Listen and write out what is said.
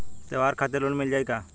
त्योहार खातिर लोन मिल जाई का?